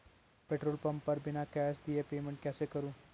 Petrol pump पर बिना cash दिए पेमेंट कैसे करूँ?